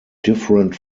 different